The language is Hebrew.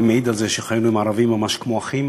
אני מעיד על זה שחיינו עם הערבים ממש כמו אחים,